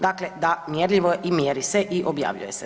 Dakle, da mjerljivo je i mjeri se i objavljuje se.